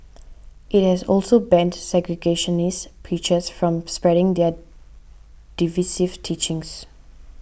it has also banned segregationist preachers from spreading their divisive teachings